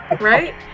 Right